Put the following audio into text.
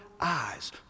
eyes